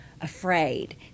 afraid